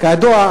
כידוע,